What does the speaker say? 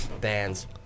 bands